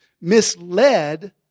misled